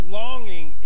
longing